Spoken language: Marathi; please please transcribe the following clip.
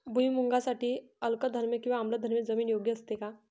भुईमूगासाठी अल्कधर्मी किंवा आम्लधर्मी जमीन योग्य असते का?